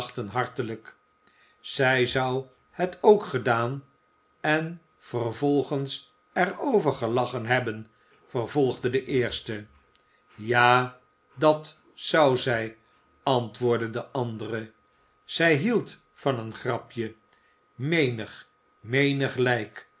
lachten hartelijk zij zou het ook gedaan en vervolgens er over gelachen hebben vervolgde de eerste ja dat zou zij antwoordde de andere zij hield van een grapje menig menig lijk